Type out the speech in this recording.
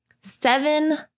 seven